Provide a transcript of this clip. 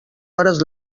hores